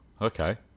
okay